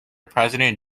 president